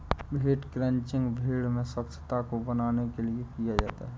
भेड़ क्रंचिंग भेड़ की स्वच्छता को बनाने के लिए किया जाता है